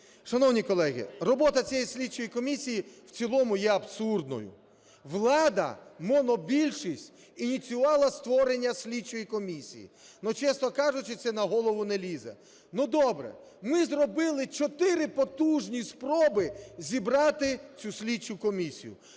Шановні колеги, робота цієї слідчої комісії в цілому є абсурдною. Влада, монобільшість, ініціювала створення слідчої комісії. Чесно кажучи, це на голову не лізе. Добре, ми зробили чотири потужні спроби зібрати цю слідчу комісію.